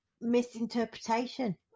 misinterpretation